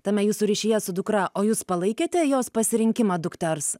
tame jūsų ryšyje su dukra o jūs palaikėte jos pasirinkimą dukters